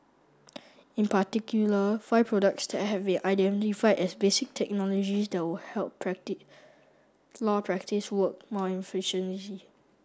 in particular five products that have been identified as basic technologies that would help law practice work more efficiently